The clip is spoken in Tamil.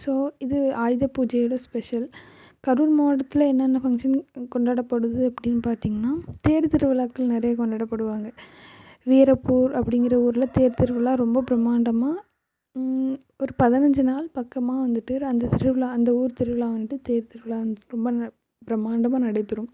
ஸோ இது ஆயுத பூஜையோடய ஸ்பெஷல் கரூர் மாவட்டத்தில் என்னென்ன ஃபங்க்ஷன் கொண்டாடப்படுது அப்படின்னு பார்த்தீங்கன்னா தேர் திருவிழாக்கள் நிறைய கொண்டாடப்படுவாங்க வீரப்பூர் அப்படிங்கிற ஊரில் தேர் திருவிழா ரொம்ப பிரம்மாண்டமாக ஒரு பதினஞ்சு நாள் பக்கமாக வந்துட்டு அந்த திருவிழா அந்த ஊர் திருவிழா வந்துட்டு தேர் திருவிழா வந்துவிட்டு ரொம்ப நெ பிரமாண்டமாக நடைபெறும்